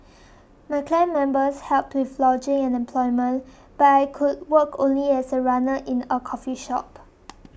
my clan members helped with lodging and employment but I could work only as a runner in a coffee shop